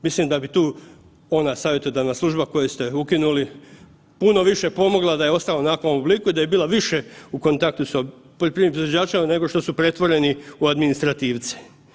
Mislim da bi tu ona savjetodavna služba koju ste ukinuli puno više pomogla da je ostala u onakvom obliku i da je bila više u kontaktu sa poljoprivrednim proizvođačima nego što su pretvoreni u administrativce.